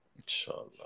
Inshallah